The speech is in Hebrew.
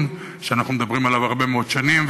שאנחנו מדברים עליו הרבה מאוד שנים,